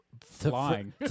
Flying